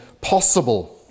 possible